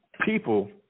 people